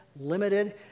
limited